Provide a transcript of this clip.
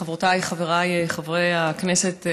חברותיי וחבריי חברי הכנסת,